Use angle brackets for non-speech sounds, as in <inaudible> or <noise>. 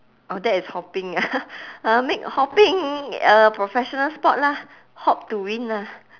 orh that is hopping ah <laughs> uh make hopping a professional sport lah hop to win